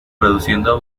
produciendo